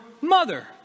mother